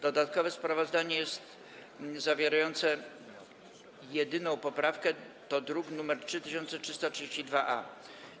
Dodatkowe sprawozdanie zawierające jedyną poprawkę to druk nr 3332-A.